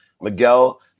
Miguel